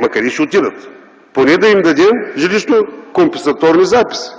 но къде ще отидат?! Поне да им дадем жилищно-компенсаторни записи.